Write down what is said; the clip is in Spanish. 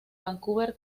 vancouver